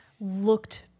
looked